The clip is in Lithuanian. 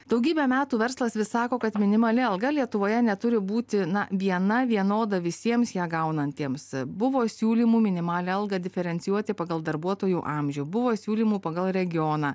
daugybę metų verslas vis sako kad minimali alga lietuvoje neturi būti ne viena vienoda visiems ją gaunantiems buvo siūlymų minimalią algą diferencijuoti pagal darbuotojų amžių buvo siūlymų pagal regioną